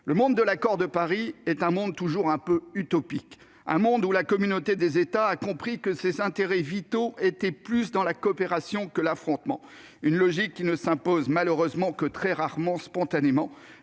Le monde de l'accord de Paris est un monde toujours un peu utopique, un monde où la communauté des États a compris que ses intérêts vitaux étaient plus dans la coopération que dans l'affrontement- logique, qui ne s'impose malheureusement que très rarement de manière